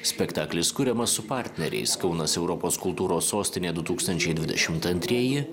spektaklis kuriamas su partneriais kaunas europos kultūros sostinė du tūkstančiai dvidešimt antrieji